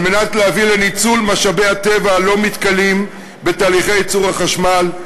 על מנת להביא לניצול משאבי הטבע הלא-מתכלים בתהליכי ייצור החשמל,